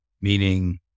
meaning